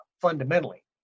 Fundamentally